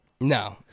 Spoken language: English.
No